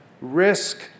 Risk